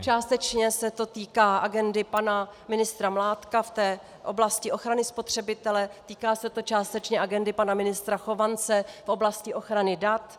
Částečně se to týká agendy pana ministra Mládka v oblasti ochrany spotřebitele, týká se to částečně agendy pana ministra Chovance v oblasti ochrany dat.